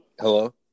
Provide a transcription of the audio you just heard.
Hello